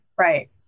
Right